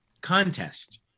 contest